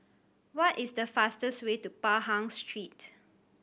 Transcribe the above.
what is the fastest way to Pahang Street